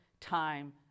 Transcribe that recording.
time